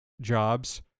jobs